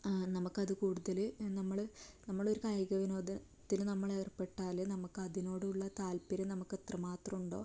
നമുക്കത് കൂടുതൽ നമ്മൾ നമ്മളൊരു കായികവിനോദത്തിൽ നമ്മളേർപ്പെട്ടാൽ നമുക്കതിനോടുള്ള താൽപ്പര്യം നമുക്ക് എത്രമാത്രം ഉണ്ടോ